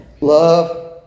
Love